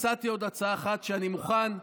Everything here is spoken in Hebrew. הצעתי עוד הצעה אחת שאני מוכן,